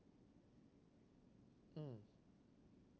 mm